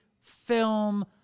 film